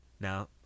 Now